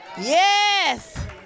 Yes